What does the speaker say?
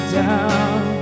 down